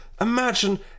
Imagine